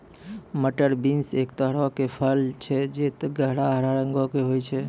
मटर बींस एक तरहो के फर छै जे गहरा हरा रंगो के होय छै